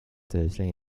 thursday